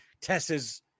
Tessa's